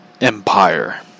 Empire